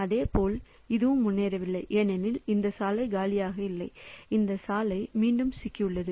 இதேபோல் இது முன்னேறவில்லை ஏனெனில் இந்த சாலை காலியாக இல்லை இந்த சாலை மீண்டும் சிக்கியுள்ளது